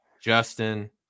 Justin